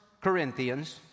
Corinthians